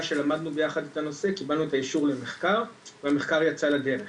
שלמדנו ביחד את הנושא קיבלנו את האישור למחקר והמחקר יצא לדרך.